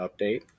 update